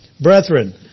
Brethren